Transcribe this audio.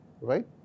right